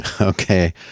Okay